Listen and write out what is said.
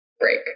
break